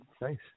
nice